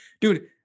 dude